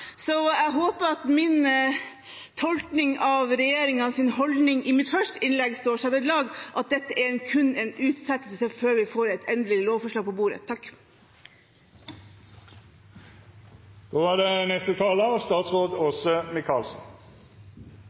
Så jeg håper at min tolkning av regjeringens holdning i mitt første innlegg står ved lag, og at dette kun er en utsettelse til vi får et endelig lovforslag på bordet. Jeg tror representantene skal se på dette som en sak en ikke skal bruke mye tid på. Det som er